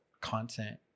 content